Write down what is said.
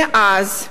מאז,